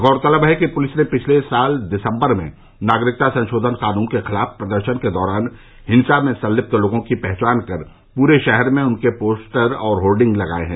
गौरतलब है कि पुलिस ने पिछले साल दिसम्बर में नागरिकता संशोधन कानून के खिलाफ प्रदर्शन के दौरान हिंसा में संलिप्त लोगों की पहचान कर पूरे शहर में उनके पोस्टर और होर्डिंग्स लगाये हैं